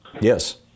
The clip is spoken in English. Yes